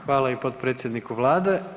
Hvala i potpredsjedniku Vlade.